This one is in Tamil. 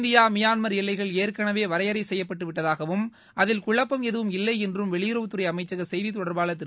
இந்தியா மியான்மர் எல்லைகள் ஏற்களவே வரையறை செய்யப்பட்டுவிட்டதாகவும் அதில் குழப்பம் எதுவும் இல்லை என்றும் வெளியுறவுத்துறை அமைச்சக செய்தித்தொடர்பாளர் திரு